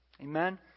Amen